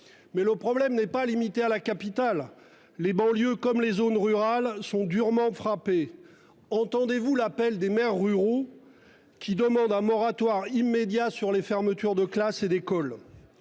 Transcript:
Le problème n'est pas limité à la capitale. Les banlieues comme les zones rurales sont durement frappées. Entendez-vous l'appel des maires ruraux, lesquels demandent un moratoire immédiat sur les fermetures de classes et d'écoles ?